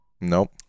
Nope